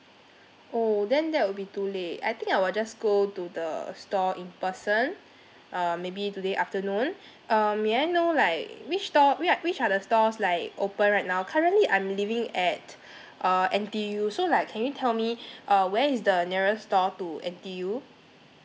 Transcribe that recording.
oh then that will be too late I think I will just go to the store in person uh maybe today afternoon um may I know like which store whi~ which are the stores like open right now currently I'm living at uh N_T_U so like can you tell me uh where is the nearest store to N_T_U